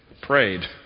Prayed